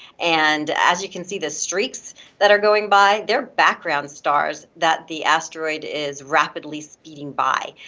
and as you can see, the streaks that are going by, they're background stars that the asteroid is rapidly speeding by,